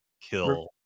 kill